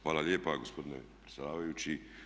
Hvala lijepa gospodine predsjedavajući.